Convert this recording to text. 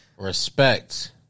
Respect